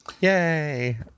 Yay